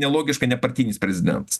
nelogiška nepartinis prezidentas